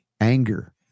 anger